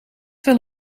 wel